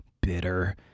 bitter